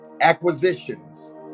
acquisitions